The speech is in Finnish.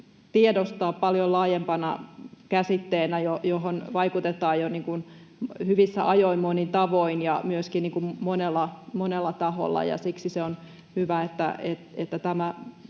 tiedostaa paljon laajempana käsitteenä, johon vaikutetaan jo hyvissä ajoin monin tavoin ja myöskin monella taholla, ja siksi on hyvä, että